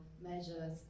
measures